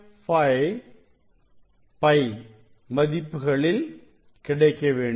5 π மதிப்புகளில் கிடைக்க வேண்டும்